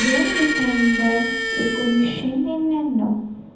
दोन डिसेंबर एकोणीसशे निन्यानो